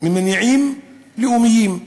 ממניעים לאומיים.